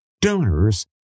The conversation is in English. donors